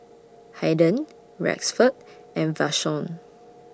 Haiden Rexford and Vashon